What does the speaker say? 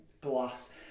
Glass